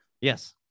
yes